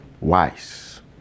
wise